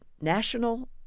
National